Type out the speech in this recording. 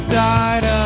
died